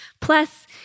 Plus